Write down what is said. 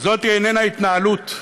זאת איננה התנהלות,